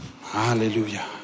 Hallelujah